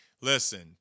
listen